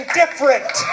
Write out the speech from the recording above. different